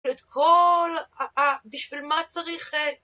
את כל.. ה... בשביל מה צריך..